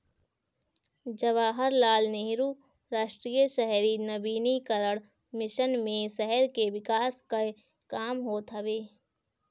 जवाहरलाल नेहरू राष्ट्रीय शहरी नवीनीकरण मिशन मे शहर के विकास कअ काम होत हवे